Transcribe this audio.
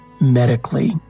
medically